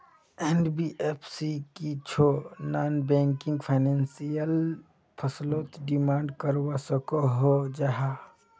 NBFC की छौ non banking financial फसलोत डिमांड करवा सकोहो जाहा?